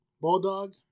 Bulldog